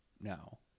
no